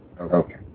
Okay